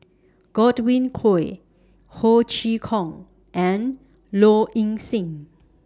Godwin Koay Ho Chee Kong and Low Ing Sing